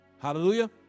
hallelujah